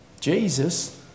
Jesus